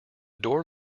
door